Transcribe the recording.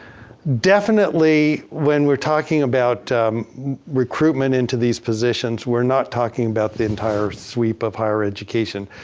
definitely when we're talking about recruitment into these positions, we're not talking about the entire sweep of higher education.